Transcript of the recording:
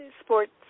sports